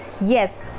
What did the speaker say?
Yes